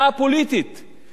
זה חופש הביטוי,